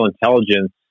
intelligence